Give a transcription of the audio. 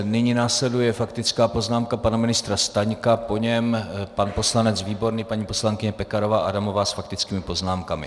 Nyní následuje faktická poznámka pana ministra Staňka, po něm pan poslanec Výborný, paní poslankyně Pekarová Adamová s faktickými poznámkami.